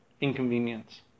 inconvenience